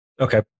Okay